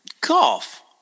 Golf